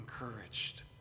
encouraged